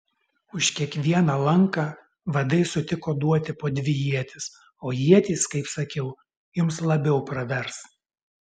už kiekvieną lanką vadai sutiko duoti po dvi ietis o ietys kaip sakiau jums labiau pravers